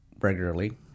regularly